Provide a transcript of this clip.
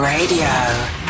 Radio